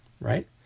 right